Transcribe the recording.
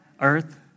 earth